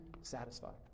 satisfied